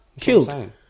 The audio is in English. killed